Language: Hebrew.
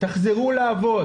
תחזור לעבוד".